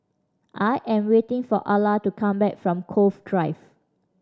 I am waiting for Alla to come back from Cove Drive